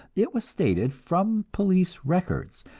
it was stated, from police records,